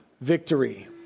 victory